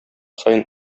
саен